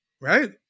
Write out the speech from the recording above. Right